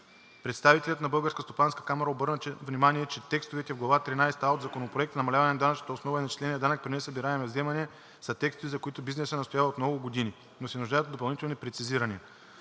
Представителят на БСК обърна внимание, че текстовете в Глава „Тринадесета „а“ от Законопроекта – намаляване на данъчната основа и начисления данък при несъбираемо вземане, са текстове, за които бизнесът настоява от много години, но се нуждаят от допълнителни прецизирания